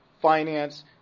finance